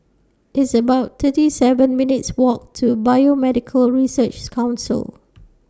It's about thirty seven minutes' Walk to Biomedical Researches Council